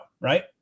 right